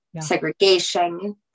segregation